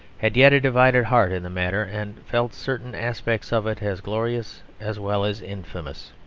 had yet a divided heart in the matter, and felt certain aspects of it as glorious as well as infamous.